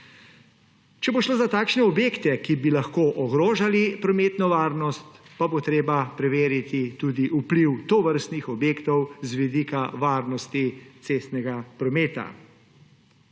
Če bo šlo za objekte, ki bi lahko ogrožali prometno varnost, pa bo treba preveriti tudi vpliv tovrstnih objektov z vidika varnosti cestnega prometa.